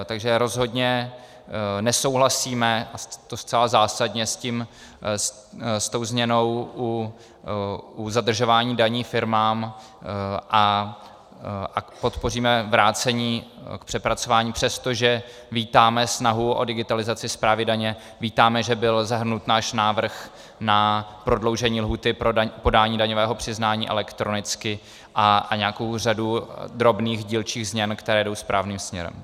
Takže rozhodně nesouhlasíme, a to zcela zásadně, se změnou u zadržování daní firmám a podpoříme vrácení k přepracování, přestože vítáme snahu o digitalizaci správy daně, vítáme, že byl zahrnut náš návrh na prodloužení lhůty pro podání daňového přiznání elektronicky, a nějakou řadu drobných dílčích změn, které jdou správným směrem.